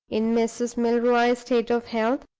in mrs. milroy's state of health,